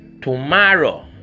tomorrow